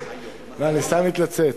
לא, אני סתם מתלוצץ.